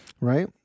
right